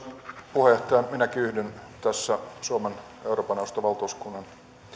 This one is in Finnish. puheenjohtaja minäkin yhdyn tässä suomen euroopan neuvoston valtuuskunnan vetäjälle